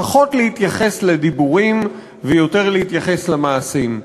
פחות להתייחס לדיבורים, ויותר להתייחס למעשים.